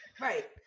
right